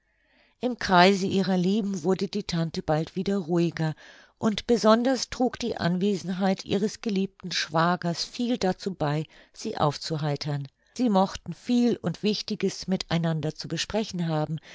im kreise ihrer lieben wurde die tante bald wieder ruhiger und besonders trug die anwesenheit ihres geliebten schwagers viel dazu bei sie aufzuheitern sie mochten viel und wichtiges mit einander zu besprechen haben